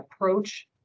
approach